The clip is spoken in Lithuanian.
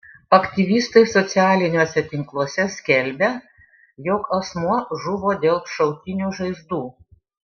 aktyvistai socialiniuose tinkluose skelbia jog asmuo žuvo dėl šautinių žaizdų